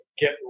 get